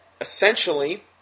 essentially